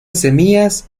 semillas